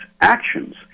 actions